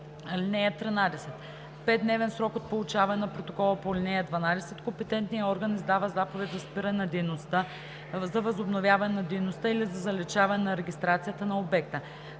(13) В 5-дневен срок от получаване на протокола по ал. 12 компетентният орган издава заповед за спиране на дейността, за възобновяване на дейността или за заличаване на регистрацията на обекта.